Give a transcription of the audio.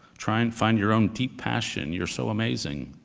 try and find your own deep passion. you're so amazing.